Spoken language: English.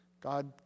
God